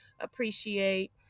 appreciate